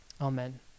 Amen